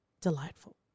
delightful